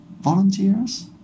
volunteers